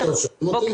בוקר טוב.